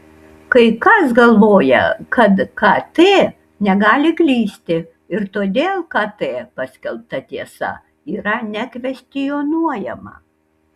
kai kas galvoja kad kt negali klysti ir todėl kt paskelbta tiesa yra nekvestionuojama